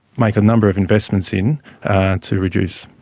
make a number of investments in to reduce.